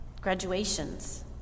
graduations